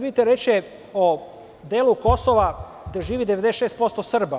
Vidite, reč je o delu Kosova gde živi 96% Srba.